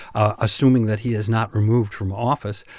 assuming that he is not removed from office.